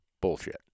Bullshit